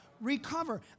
recover